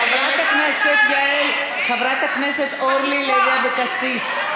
חברת הכנסת יעל, חברת הכנסת אורלי לוי אבקסיס,